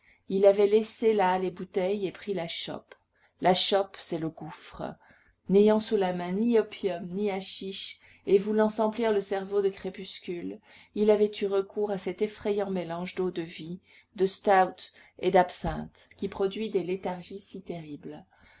il avait laissé là les bouteilles et pris la chope la chope c'est le gouffre n'ayant sous la main ni opium ni haschisch et voulant s'emplir le cerveau de crépuscule il avait eu recours à cet effrayant mélange d'eau-de-vie de stout et d'absinthe qui produit des léthargies si terribles